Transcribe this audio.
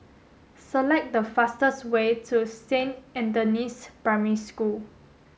select the fastest way to Saint Anthony's Primary School